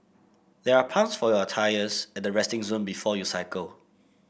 there are pumps for your tyres at the resting zone before you cycle